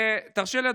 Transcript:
ותרשה לי,